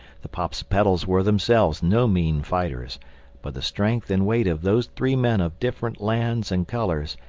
the popsipetels were themselves no mean fighters but the strength and weight of those three men of different lands and colors,